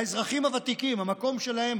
האזרחים הוותיקים, המקום שלהם